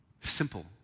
Simple